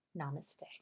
Namaste